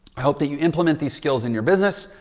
i hope that you implement these skills in your business,